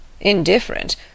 Indifferent